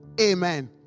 Amen